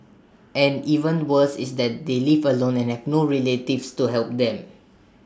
and even worse is that they live alone and have no relatives to help them